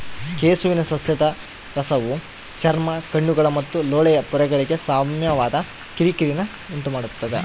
ಕೆಸುವಿನ ಸಸ್ಯದ ರಸವು ಚರ್ಮ ಕಣ್ಣುಗಳು ಮತ್ತು ಲೋಳೆಯ ಪೊರೆಗಳಿಗೆ ಸೌಮ್ಯವಾದ ಕಿರಿಕಿರಿನ ಉಂಟುಮಾಡ್ತದ